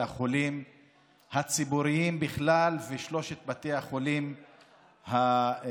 החולים הציבוריים בכלל ושל שלושת בתי החולים בנצרת.